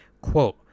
quote